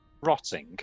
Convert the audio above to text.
rotting